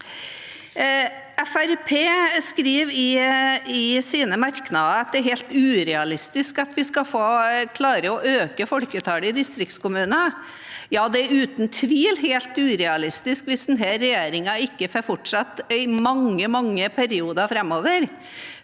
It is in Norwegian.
skriver i sine merknader at det er helt urealistisk at vi skal klare å øke folketallet i distriktskommuner. Ja, det er uten tvil helt urealistisk hvis denne regjeringen ikke får fortsette i mange, mange perioder framover,